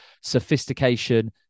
Sophistication